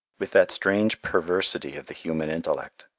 with that strange perversity of the human intellect,